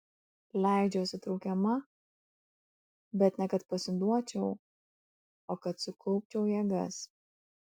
leidžiuosi traukiama bet ne kad pasiduočiau o kad sukaupčiau jėgas